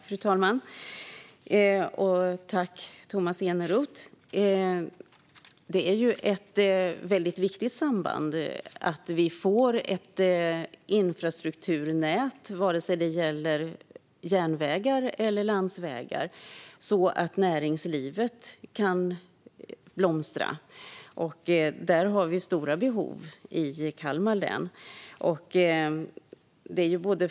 Fru talman! Jag tackar Tomas Eneroth för detta. Det är ett mycket viktigt samband att vi får ett infrastrukturnät, vare sig det gäller järnvägar eller landsvägar, så att näringslivet kan blomstra. Där har vi stora behov i Kalmar län.